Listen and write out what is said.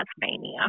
Tasmania